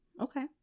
okay